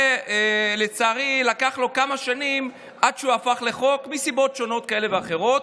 לצערי, מסיבות שונות, כאלה ואחרות,